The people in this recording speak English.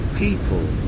people